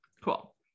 cool